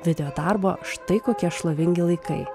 videodarbo štai kokie šlovingi laikai